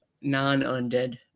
non-undead